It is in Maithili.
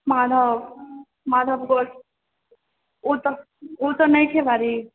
माधव माधव गोल्ड ओ तऽ ओ तऽ नइखे बारी